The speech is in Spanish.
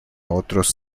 otros